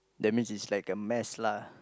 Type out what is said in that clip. that means is like a mess lah